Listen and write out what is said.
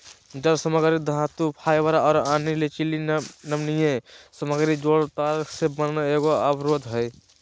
जालसामग्री धातुफाइबर और अन्य लचीली नमनीय सामग्री जोड़ल तार से बना एगो अवरोध हइ